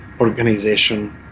organization